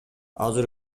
азыр